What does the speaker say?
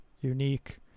unique